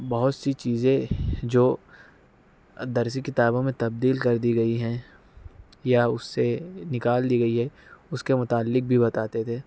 بہت سی چیزیں جو درسی کتابوں میں تبدیل کردی گئی ہیں یا اس سے نکال دی گئی ہے اس کے متعلق بھی بتاتے تھے